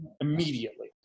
immediately